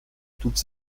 toute